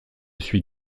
suis